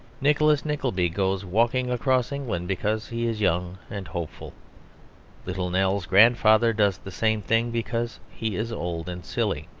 nicholas nickleby goes walking across england because he is young and hopeful little nell's grandfather does the same thing because he is old and silly.